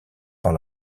par